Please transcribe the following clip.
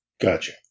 Gotcha